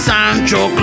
Sancho